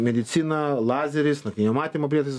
medicina lazeris naktinio matymo prietaisas